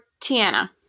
Tiana